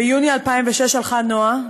ביוני 2006 הלכה נועה,